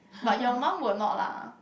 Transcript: but your mum will not lah